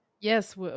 Yes